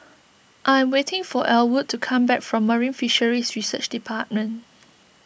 I am waiting for Elwood to come back from Marine Fisheries Research Department